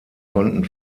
konnten